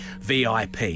VIP